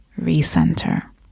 recenter